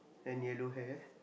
and yellow hair